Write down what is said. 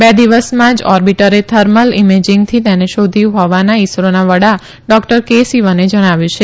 way દિવસ માં જ ઓર્બિટરે થર્મલ ઈમેજિંગ થી તેને શોધ્યું હોવાનું ઇસરો ના વડા ડોક્ટર કે સીવાને જણાવ્યુ છે